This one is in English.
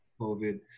COVID